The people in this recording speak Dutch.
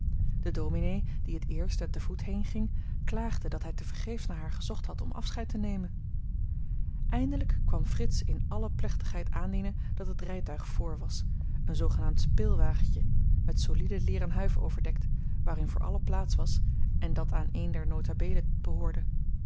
de dominé die het eerst en te voet heenging klaagde dat hij tevergeefs naar haar gezocht had om afscheid te nemen eindelijk kwam frits in alle plechtigheid aandienen dat het rijtuig vr was een zoogenaamd speelwagentje met solide leeren huif overdekt waarin voor allen plaats was en dat aan een der notabelen behoorde